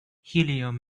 helium